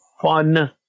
fun